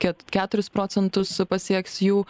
ket keturis procentus pasieks jų